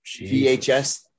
VHS